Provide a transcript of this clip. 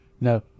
No